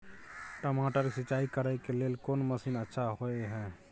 टमाटर के सिंचाई करे के लेल कोन मसीन अच्छा होय है